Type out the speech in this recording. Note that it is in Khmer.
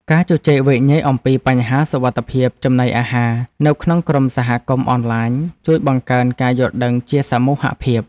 ការជជែកវែកញែកអំពីបញ្ហាសុវត្ថិភាពចំណីអាហារនៅក្នុងក្រុមសហគមន៍អនឡាញជួយបង្កើនការយល់ដឹងជាសមូហភាព។